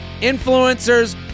influencers